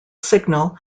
signal